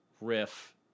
riff